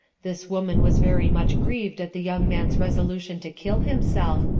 this woman was very much grieved at the young man's resolution to kill himself,